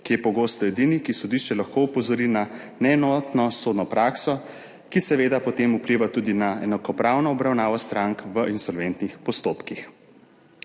ki je pogosto edini, ki sodišče lahko opozori na neenotno sodno prakso, ki seveda potem vpliva tudi na enakopravno obravnavo strank v insolventnih postopkih.